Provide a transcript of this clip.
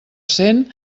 cent